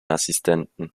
assistenten